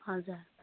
हजुर